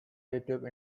youtube